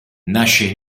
nasce